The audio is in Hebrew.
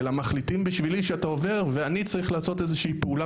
אלא מחליטים בשבילי שאתה עובר ואני צריך לעשות איזושהי פעולה